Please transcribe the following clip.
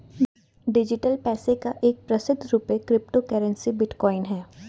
digital पैसे का एक प्रसिद्ध रूप क्रिप्टो करेंसी बिटकॉइन है